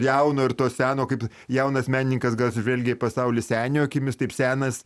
jauno ir to seno kaip jaunas menininkas gal jis žvelgia į pasaulį senio akimis taip senas